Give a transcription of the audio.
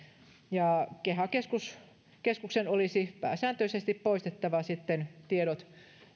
keha keskuksen olisi pääsääntöisesti poistettava tiedot